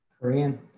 Korean